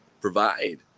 provide